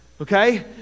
Okay